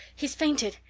he's fainted,